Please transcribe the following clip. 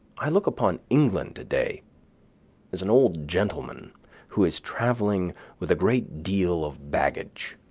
i look upon england today as an old gentleman who is travelling with a great deal of baggage,